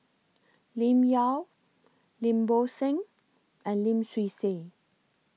Lim Yau Lim Bo Seng and Lim Swee Say